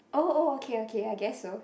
oh oh okay okay I guess so